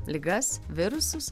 ligas virusus